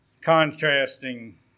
contrasting